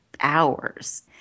hours